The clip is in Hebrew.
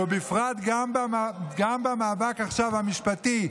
ובפרט גם במאבק המשפטי עכשיו.